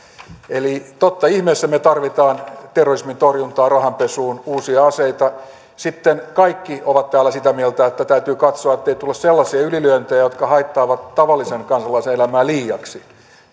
eli totta ihmeessä me tarvitsemme terrorismin torjuntaan rahanpesuun uusia aseita sitten kaikki ovat täällä sitä mieltä että täytyy katsoa ettei tule sellaisia ylilyöntejä jotka haittaavat tavallisen kansalaisen elämää liiaksi